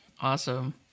Awesome